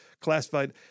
classified